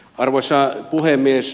arvoisa puhemies